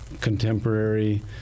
contemporary